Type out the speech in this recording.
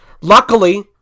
luckily